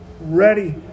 ready